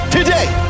Today